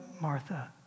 Martha